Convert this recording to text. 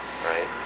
Right